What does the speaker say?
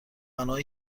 آنهایی